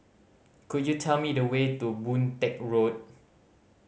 could you tell me the way to Boon Teck Road